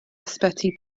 ysbyty